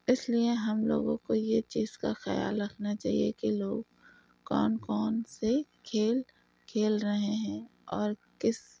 اس لیے ہم لوگوں کو یہ چیز کا خیال رکھنا چاہیے کہ لوگ کون کون سے کھیل کھیل رہے ہیں اور کس